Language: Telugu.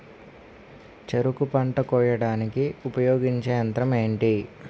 చెరుకు పంట కోయడానికి ఉపయోగించే యంత్రం ఎంటి?